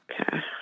Okay